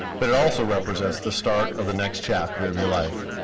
but it also represents the start of the next chapter of your life.